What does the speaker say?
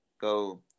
go